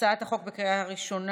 הצעת החוק עברה בקריאה ראשונה,